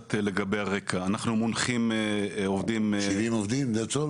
70 עובדים, זה הכול?